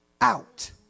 out